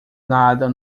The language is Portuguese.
nadam